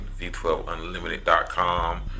v12unlimited.com